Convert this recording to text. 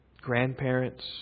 Grandparents